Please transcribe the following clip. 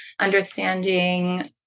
understanding